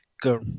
go